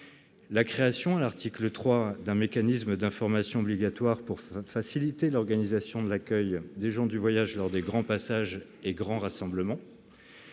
la création, à l'article 3, d'un mécanisme d'information obligatoire pour faciliter l'organisation de l'accueil des gens du voyage lors des grands passages et des grands rassemblements.